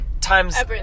times